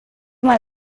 mal